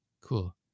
Cool